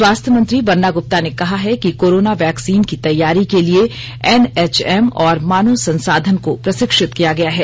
स्वास्थ्य मंत्री बन्ना गुप्ता ने कहा है कि कोरोना वैक्सीन की तैयारी के लिए एनएचएम और मानव संसाधन को प्रशिक्षित किया गया है